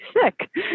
sick